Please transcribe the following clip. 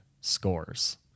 scores